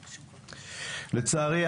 לצערי,